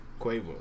Quavo